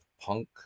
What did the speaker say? Punk